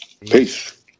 peace